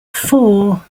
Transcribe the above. four